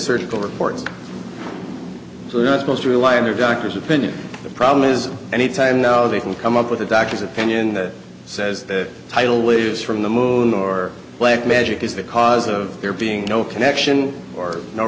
surgical reports they're not going to rely on their doctor's opinion the problem is any time now they can come up with a doctor's opinion that says the title lives from the moon or black magic is the cause of there being no connection or no